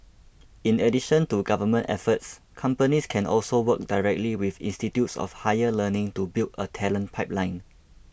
in addition to government efforts companies can also work directly with institutes of higher learning to build a talent pipeline